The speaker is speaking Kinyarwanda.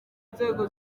inzego